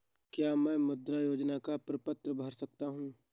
क्या मैं मुद्रा योजना का प्रपत्र भर सकता हूँ?